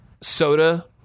soda